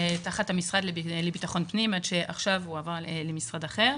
זה היה תחת המשרד לביטחון פנים עד שעכשיו עבר למשרד אחר.